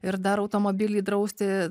ir dar automobilį drausti